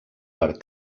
per